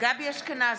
גבי אשכנזי,